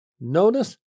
Notice